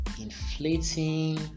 inflating